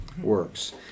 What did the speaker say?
works